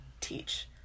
teach